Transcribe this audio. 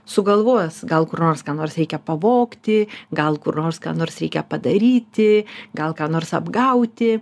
sugalvos gal kur nors ką nors reikia pavogti gal kur nors ką nors reikia padaryti gal ką nors apgauti